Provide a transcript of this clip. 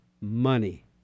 money